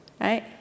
right